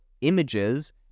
images